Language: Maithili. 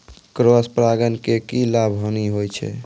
क्रॉस परागण के की लाभ, हानि होय छै?